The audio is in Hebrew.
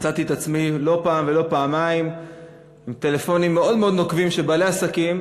מצאתי את עצמי לא פעם ולא פעמיים עם טלפונים מאוד נוקבים של בעלי עסקים,